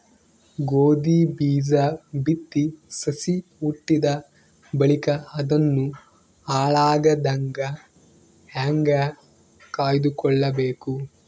ಗೋಧಿ ಬೀಜ ಬಿತ್ತಿ ಸಸಿ ಹುಟ್ಟಿದ ಬಳಿಕ ಅದನ್ನು ಹಾಳಾಗದಂಗ ಹೇಂಗ ಕಾಯ್ದುಕೊಳಬೇಕು?